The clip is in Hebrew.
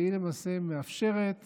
שמאפשרת